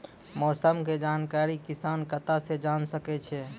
मौसम के जानकारी किसान कता सं जेन सके छै?